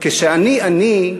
כשאני אני,